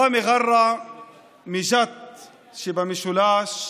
ראמי ג'רה מג'ת שבמשולש,